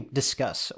discuss